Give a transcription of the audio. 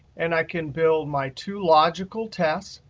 and i can build my two logical tests.